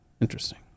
Interesting